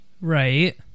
Right